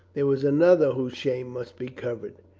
there was another whose shame must be covered.